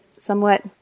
somewhat